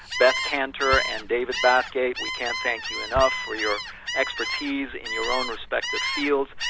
beth kanter and david bathgate, we can't thank you enough for your expertise in your own respective fields,